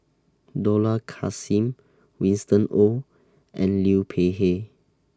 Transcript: Dollah Kassim Winston Oh and Liu Peihe